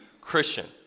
Christian